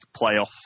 playoffs